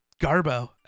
Garbo